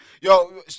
yo